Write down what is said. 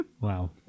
Wow